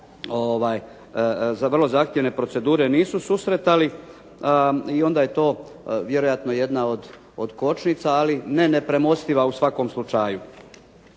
za vrlo zahtjevne procedure nisu susretali i onda je to vjerojatno jedna od kočnica, ali ne nepremostiva u svakom slučaju.